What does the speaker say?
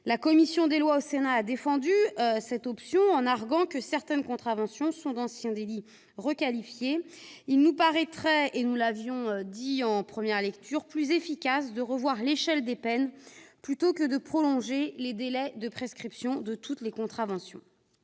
La commission des lois du Sénat a défendu cette solution en arguant que certaines contraventions sont d'anciens délits requalifiés. Nous l'avons déjà dit lors de la première lecture : il nous paraîtrait plus efficace de revoir l'échelle des peines plutôt que de prolonger les délais de prescription de toutes les contraventions.